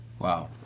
Wow